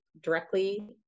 directly